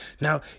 Now